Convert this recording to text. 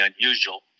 unusual